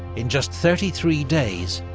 in just thirty three days,